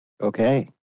Okay